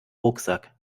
rucksack